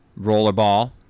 Rollerball